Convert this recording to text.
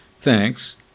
Thanks